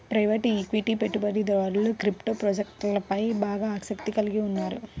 private equity పెట్టుబడిదారులు crypto ప్రాజెక్ట్లపై బాగా ఆసక్తిని కలిగి ఉన్నారు